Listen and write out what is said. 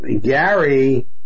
Gary